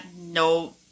no